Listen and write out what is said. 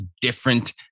different